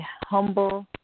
humble